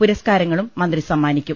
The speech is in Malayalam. പുരസ്കാരങ്ങളും മന്ത്രി സമ്മാനിക്കും